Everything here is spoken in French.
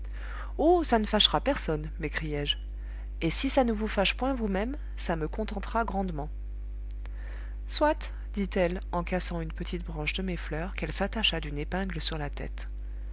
oh ça ne fâchera personne m'écriai-je et si ça ne vous fâche point vous-même ça me contentera grandement soit dit-elle en cassant une petite branche de mes fleurs qu'elle s'attacha d'une épingle sur la tête